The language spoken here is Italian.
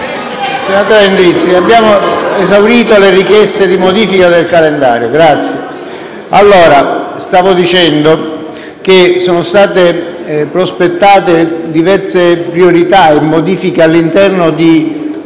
Senatore Endrizzi, abbiamo esaurito le richieste di modifica del calendario. Stavo dicendo che sono state prospettate diverse priorità e modifiche riguardo i